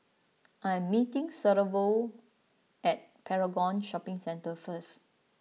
I am meeting Severo at Paragon Shopping Centre First